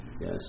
Yes